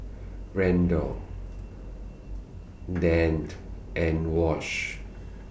Randal Dante and Wash